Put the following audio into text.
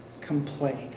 complain